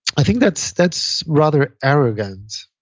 i think that's that's rather arrogant.